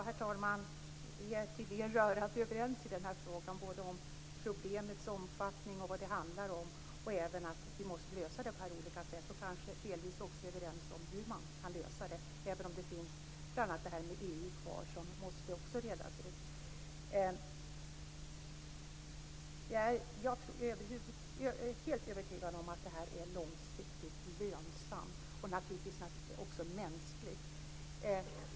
Herr talman! Vi är tydligen rörande överens i den här frågan både när det gäller problemets omfattning och vad det handlar om, och att vi måste lösa det på olika sätt och kanske delvis också om hur man kan lösa det, även om det här med EU också måste redas ut. Jag är helt övertygad om att det här är långsiktigt lönsamt och naturligtvis också mänskligt.